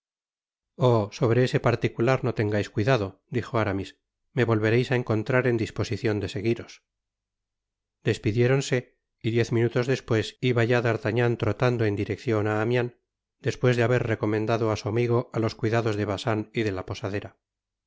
sobre ese particular uo tengais cuidado dijo aramis me volvereis á encontrar en disposicion de seguios i despidiéronse y diez minutos despues iba ya dartagnan trotan to en direccion á amiens despues de haber recomendado á su amigo á lo cuidados de bacin y de la posadera